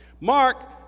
mark